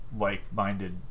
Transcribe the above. like-minded